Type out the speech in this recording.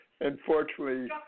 unfortunately